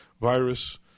virus